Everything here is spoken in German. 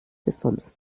besonders